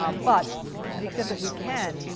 ah but to the extent that we can,